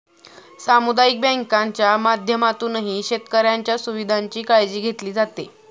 सामुदायिक बँकांच्या माध्यमातूनही शेतकऱ्यांच्या सुविधांची काळजी घेतली जाते